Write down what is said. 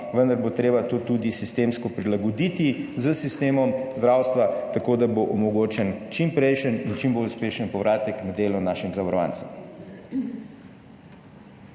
vendar bo treba to tudi sistemsko prilagoditi s sistemom zdravstva, tako da bo omogočen čimprejšnji in čim bolj uspešen povratek na delo našim zavarovancem.